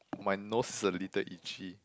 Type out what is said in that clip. my nose is a little itchy